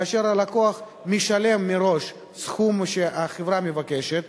כאשר הלקוח משלם מראש סכום שהחברה מבקשת,